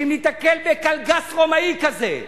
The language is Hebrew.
שאם ניתקל בקלגס רומאי כזה,